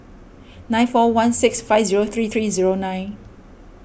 nine four one six five zero three three zero nine